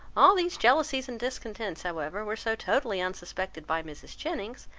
all these jealousies and discontents, however, were so totally unsuspected by mrs. jennings,